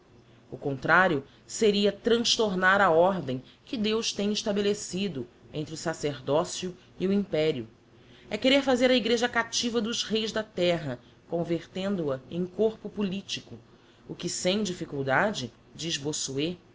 o contrario seria transtornar a ordem que deus tem estabelecido entre o sacerdocio e o imperio é querer fazer a igreja captiva dos reis da terra convertendo a em corpo politico o que sem difficuldade diz